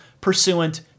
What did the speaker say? pursuant